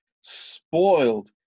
spoiled